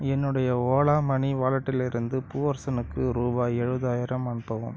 என்னுடைய Ola money வாலெட்டிலிருந்து பூவரசனுக்கு ரூபாய் ஏழுபதாயிரம் அனுப்பவும்